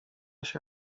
się